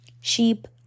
Sheep